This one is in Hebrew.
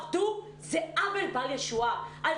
זה עוול בל ישוער להגיד שהמורים לא עבדו.